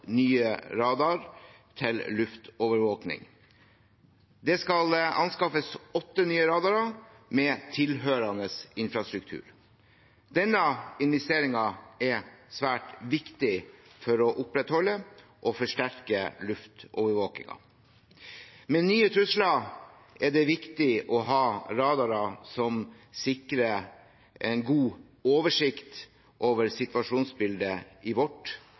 nye radarer til luftromsovervåking. Det skal anskaffes åtte nye radarer med tilhørende infrastruktur. Denne investeringen er svært viktig for å opprettholde og forsterke luftromsovervåkingen. Med nye trusler er det viktig å ha radarer som sikrer en god oversikt over situasjonsbildet i vårt